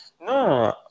No